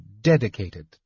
dedicated